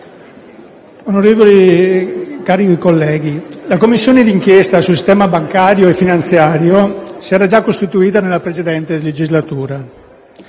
onorevoli colleghi, la Commissione di inchiesta sul sistema bancario e finanziario si era già costituita nella precedente legislatura.